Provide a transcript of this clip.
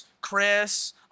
Chris